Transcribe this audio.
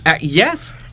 Yes